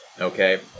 okay